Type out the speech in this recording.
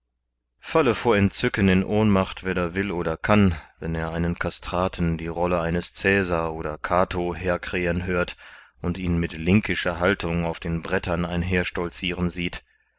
falle vor entzücken in ohnmacht wer da will oder kann wenn er einen kastraten die rolle eines cäsar oder cato herkrähen hört und ihn mit linkischer haltung auf den bretern einherstolziren sieht